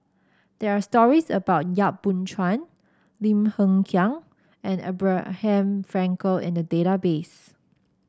there are stories about Yap Boon Chuan Lim Hng Kiang and Abraham Frankel in the database